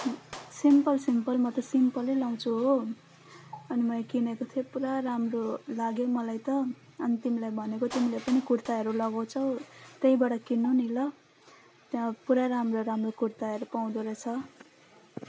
simple simple म त सिम्पललै लाउँछु हो अनि मैले किनेको थिएँ पुरा राम्रो लाग्यो मलाई त अनि तिमीलाई भनेको तिमीले पनि कुर्ताहरू लगाउँछौ त्यहीबाट किन्नु नि ल त्यहाँ पुरा राम्रो राम्रो कुर्ताहरू पाउँदोरहेछ